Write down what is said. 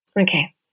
Okay